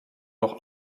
noch